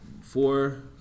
four